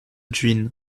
gwin